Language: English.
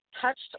touched